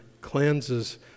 cleanses